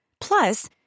Plus